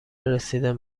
رسیدن